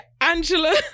Angela